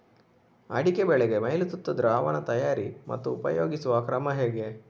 ಅಡಿಕೆ ಬೆಳೆಗೆ ಮೈಲುತುತ್ತು ದ್ರಾವಣ ತಯಾರಿ ಮತ್ತು ಉಪಯೋಗಿಸುವ ಕ್ರಮ ಹೇಗೆ?